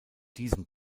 diesem